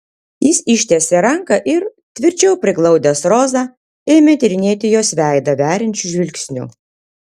jis ištiesė ranką ir tvirčiau priglaudęs rozą ėmė tyrinėti jos veidą veriančiu žvilgsniu